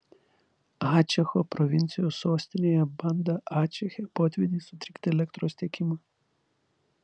ačecho provincijos sostinėje banda ačeche potvyniai sutrikdė elektros tiekimą